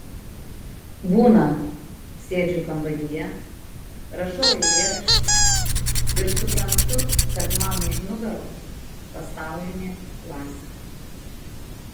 būna sėdžiu kambaryje rašau eilėraštį ir suprantu kad man už nugaros pasaulinė klasika